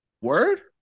word